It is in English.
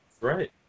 Right